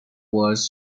was